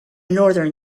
northern